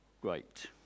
great